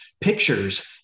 pictures